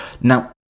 Now